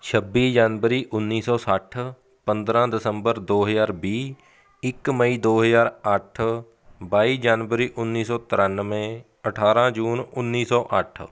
ਛੱਬੀ ਜਨਵਰੀ ਉੱਨੀ ਸੌ ਸੱਠ ਪੰਦਰਾਂ ਦਸੰਬਰ ਦੋ ਹਜ਼ਾਰ ਵੀਹ ਇੱਕ ਮਈ ਦੋ ਹਜ਼ਾਰ ਅੱਠ ਬਾਈ ਜਨਵਰੀ ਉੱਨੀ ਸੌ ਤਰਾਨਵੇਂ ਅਠਾਰਾਂ ਜੂਨ ਉੱਨੀ ਸੌ ਅੱਠ